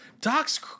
Doc's